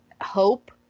hope